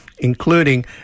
including